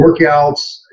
workouts